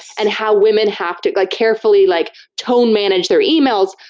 and how women have to like carefully like tone-manage their emails,